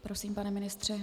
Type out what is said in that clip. Prosím, pane ministře.